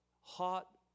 hot